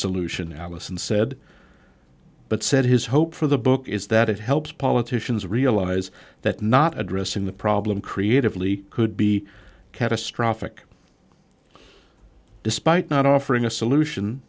solution allison said but said his hope for the book is that it helps politicians realize that not addressing the problem creatively could be catastrophic despite not offering a solution